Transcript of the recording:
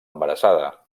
embarassada